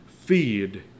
feed